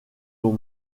ont